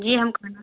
जी हम